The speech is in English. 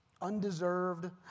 undeserved